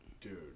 Dude